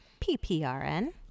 PPRN